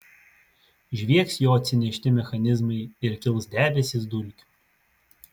žviegs jo atsinešti mechanizmai ir kils debesys dulkių